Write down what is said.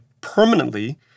permanently